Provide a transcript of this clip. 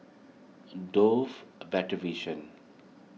a Dove a Better Vision